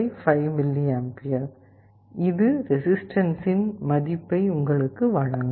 2V 5mA இது ரெசிஸ்டன்ஸின் மதிப்பை உங்களுக்கு வழங்கும்